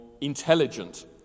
intelligent